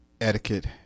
etiquette